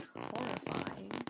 horrifying